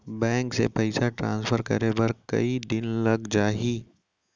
Bank से पइसा transfer करे बर कई दिन लग जाही?